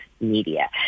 media